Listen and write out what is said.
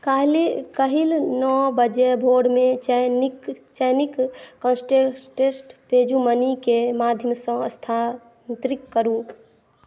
काल्हि नओ बजे भोरमे चयनिक चयनिक कांटेस्टटेस्ट पेजूमनीके माध्यमसँ स्थानांतरित करू